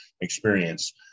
experience